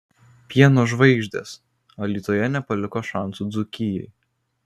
pieno žvaigždės alytuje nepaliko šansų dzūkijai